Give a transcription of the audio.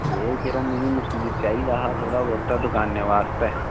एह् जेह्ड़ा मिगी मखीर चाहिदा हा थोह्ड़ा बौहता दकानें बास्तै